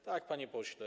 Tak, panie pośle.